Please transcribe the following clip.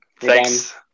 Thanks